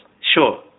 Sure